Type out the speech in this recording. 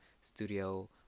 studio